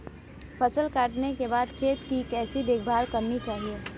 फसल काटने के बाद खेत की कैसे देखभाल करनी चाहिए?